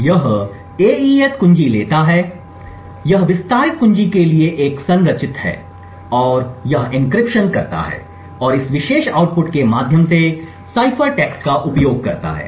यह एईएस कुंजी लेता है यह विस्तारित कुंजी के लिए एक संरचित है और यह एन्क्रिप्शन करता है और इस विशेष आउटपुट के माध्यम से साइफर टेक्स्ट का उपयोग करता है